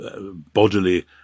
bodily